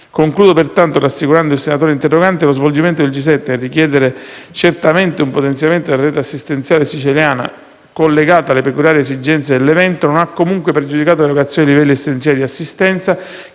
Concludo pertanto rassicurando il senatore interrogante che lo svolgimento del G7, nel richiedere certamente un potenziamento della rete assistenziale siciliana collegato alle peculiari esigenze dell'evento, non ha comunque pregiudicato l'erogazione dei livelli essenziali di assistenza,